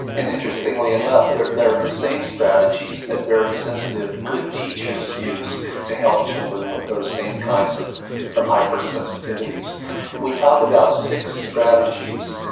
and interestingly enough, they're they're the same strategies that very sensitive good teachers use to help children with those same kinds of of hypersensitivities. we talk about six strategies,